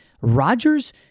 Rodgers